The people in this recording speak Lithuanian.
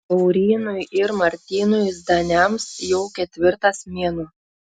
laurynui ir martynui zdaniams jau ketvirtas mėnuo